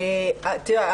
תראה,